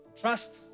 Trust